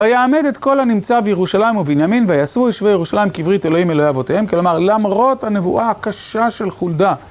ויעמד את כל הנמצא בירושלים ובנימין, ויעשו יושבי ירושלים כברית אלוהים אלוהי אבותיהם. כלומר, למרות הנבואה הקשה של חולדה.